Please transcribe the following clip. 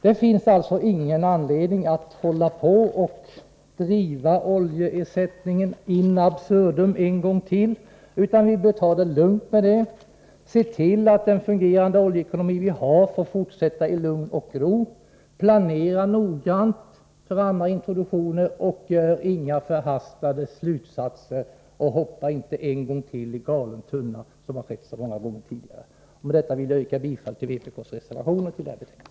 Det finns alltså ingen anledning att driva oljeersättningsfrågorna in absurdum en gång till. Vi bör ta det lugnt med det, och se till att den fungerande oljeekonomi vi har får fortsätta i lugn och ro. Vi bör planera noggrant för andra introduktioner, inte dra några förhastade slutsatser och inte en gång till hoppa i galen tunna, vilket har skett så många gånger tidigare. Med detta vill jag yrka bifall till vpk:s reservationer till detta betänkande.